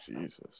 Jesus